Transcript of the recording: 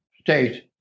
state